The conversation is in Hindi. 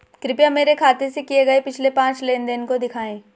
कृपया मेरे खाते से किए गये पिछले पांच लेन देन को दिखाएं